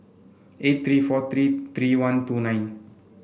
eight three four three three one two nine